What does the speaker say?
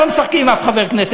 לא משחקים עם אף חבר כנסת.